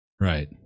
Right